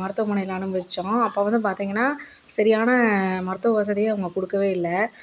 மருத்துவமனையில் அனுமதிச்சோம் அப்போ வந்து பார்த்திங்கன்னா சரியான மருத்துவ வசதிகள் அவங்க கொடுக்கவே இல்லை